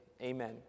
amen